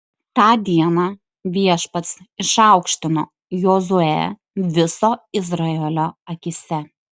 tą dieną viešpats išaukštino jozuę viso izraelio akyse